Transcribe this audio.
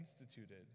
instituted